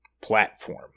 platform